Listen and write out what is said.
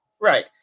Right